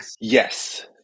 Yes